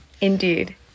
Indeed